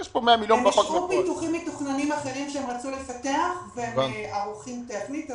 אין שום פיתוחים מתוכננים אחרים שהם רצו לפתח והם ערוכים טכנית,